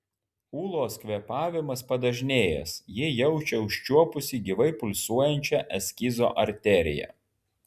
ūlos kvėpavimas padažnėjęs ji jaučia užčiuopusi gyvai pulsuojančią eskizo arteriją